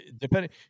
depending